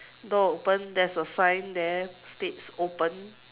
door open there's a sign there states open